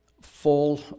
full